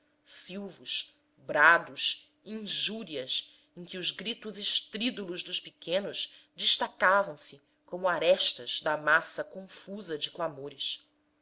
silvos brados injúrias em que os gritos estrídulos dos pequenos destacavam se como arestas da massa confusa de clamores